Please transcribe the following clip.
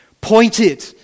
pointed